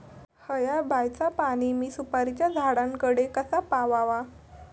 हया बायचा पाणी मी सुपारीच्या झाडान कडे कसा पावाव?